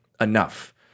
enough